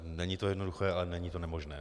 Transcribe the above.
Není to jednoduché, ale není to nemožné.